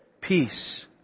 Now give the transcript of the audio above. peace